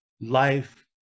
life